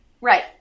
Right